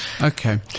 Okay